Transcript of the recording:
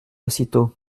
aussitôt